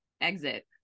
exit